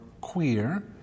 queer